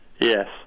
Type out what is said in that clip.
Yes